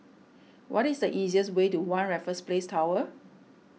what is the easiest way to one Raffles Place Tower